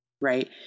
right